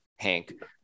Hank